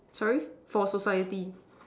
sorry for society